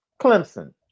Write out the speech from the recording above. Clemson